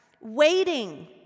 Waiting